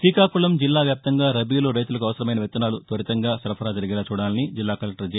గ్రీకాకుళం జిల్లా వ్యాప్తంగా రబీలో రైతులకు అవసరమైన విత్తనాలు త్వరితంగా సరఫరా జరిగేలా చూడాలని జిల్లా కలెక్షర్ జె